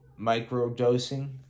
Microdosing